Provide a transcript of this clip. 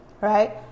right